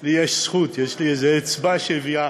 לי יש זכות, יש לי איזה אצבע שהביאה